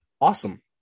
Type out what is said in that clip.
awesome